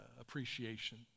appreciation